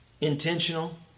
Intentional